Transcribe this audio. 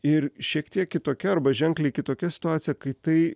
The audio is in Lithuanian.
ir šiek tiek kitokia arba ženkliai kitokia situacija kai tai